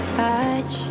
touch